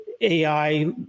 AI